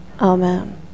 amen